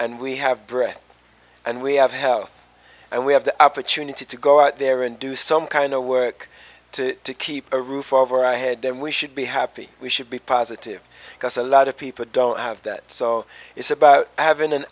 and we have breath and we have health and we have the opportunity to go out there and do some kind of work to keep a roof over our head then we should be happy we should be positive because a lot of people don't have that so it's about having an